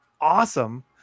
awesome